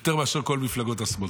יותר מאשר כל מפלגות השמאל.